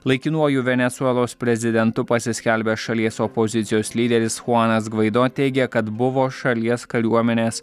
laikinuoju venesuelos prezidentu pasiskelbęs šalies opozicijos lyderis chuanas gvaido teigia kad buvo šalies kariuomenės